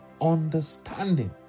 understanding